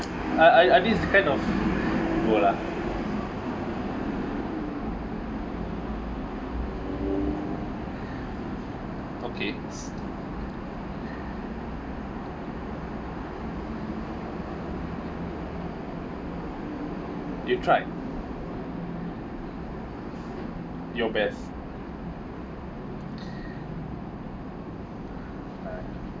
I I I at least depends on go lah okay you tried your best